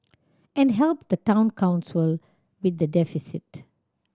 and help the Town Council with the deficit